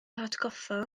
hatgoffa